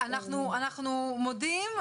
אנחנו מודים.